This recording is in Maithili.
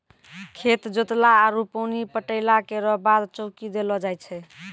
खेत जोतला आरु पानी पटैला केरो बाद चौकी देलो जाय छै?